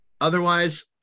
otherwise